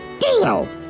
Deal